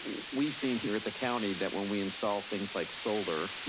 we've seen here at the county that when we install things like solar,